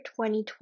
2020